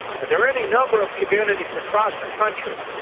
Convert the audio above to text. and there are any number of communities across the country